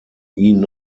ihnen